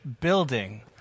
building